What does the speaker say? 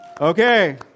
Okay